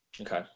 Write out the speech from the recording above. Okay